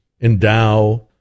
endow